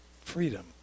freedom